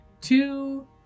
two